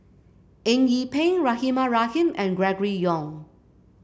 Eng Yee Peng Rahimah Rahim and Gregory Yong